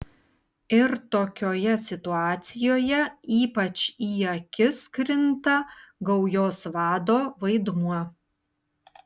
ir tokioje situacijoje ypač į akis krinta gaujos vado vaidmuo